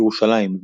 בירושלים,